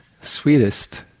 sweetest